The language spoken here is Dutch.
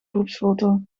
groepsfoto